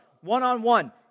one-on-one